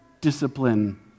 discipline